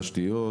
תשתיות,